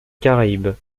caraïbes